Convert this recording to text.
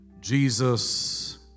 Jesus